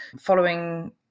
following